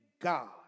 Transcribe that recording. God